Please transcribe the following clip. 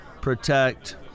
protect